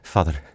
Father